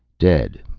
dead.